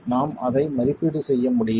நாம் அதை மதிப்பீடு செய்ய முடியுமா